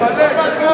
לא מתאים לך,